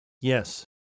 Yes